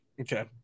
Okay